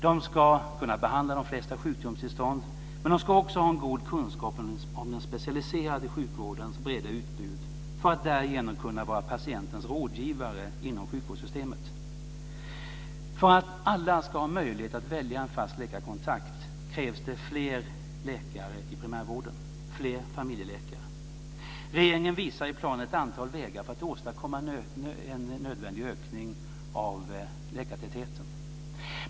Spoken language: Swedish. De ska kunna behandla de flesta sjukdomstillstånd, men de ska också ha en god kunskap om den specialiserade sjukvårdens breda utbud för att därigenom kunna vara patientens rådgivare inom sjukvårdssystemet. För att alla ska ha möjlighet att välja en fast läkarkontakt krävs det fler familjeläkare i primärvården. Regeringen visar i planen ett antal vägar för att åstadkomma en nödvändig ökning av läkartätheten.